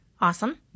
Awesome